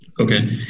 Okay